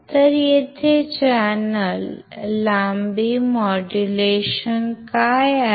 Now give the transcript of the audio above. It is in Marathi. तर येथे चॅनेल लांबी मोड्यूलेशन काय आहे